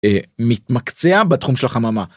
מתמקצע בתחום של החממה.